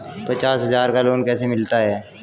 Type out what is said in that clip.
पचास हज़ार का लोन कैसे मिलता है?